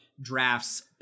Drafts